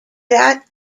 that